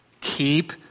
Keep